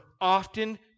often